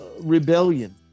rebellion